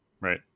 right